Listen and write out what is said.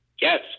Yes